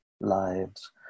lives